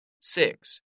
Six